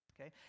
okay